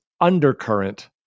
undercurrent